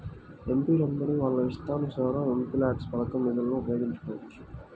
ఎంపీలందరూ వాళ్ళ ఇష్టానుసారం ఎంపీల్యాడ్స్ పథకం నిధులను ఉపయోగించుకోవచ్చు